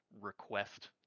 request